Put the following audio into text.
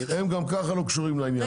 הם גם ככה לא קשורים לעניין הזה.